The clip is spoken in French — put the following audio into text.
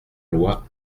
loi